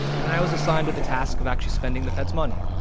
and and i was assigned with the task of actually spending the fed's money.